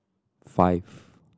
five